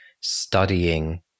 studying